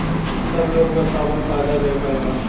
सब लोग बस आपन फायदा देखला